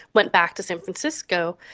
went back to san francisco,